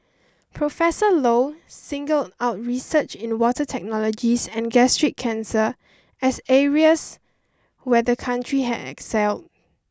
Professor Low singled out research in water technologies and gastric cancer as areas where the country had excelled